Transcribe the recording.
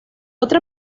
otra